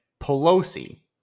Pelosi